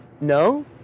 no